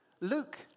Luke